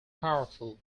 powerful